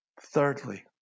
Thirdly